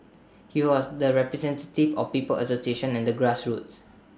he was the representative of people's association and the grassroots